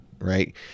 right